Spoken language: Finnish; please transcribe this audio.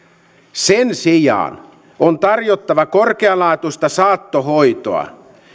sen sijaan on tarjottava korkealaatuista saattohoitoa